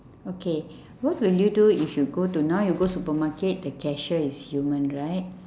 okay what will you do if you go to now you go supermarket the cashier is human right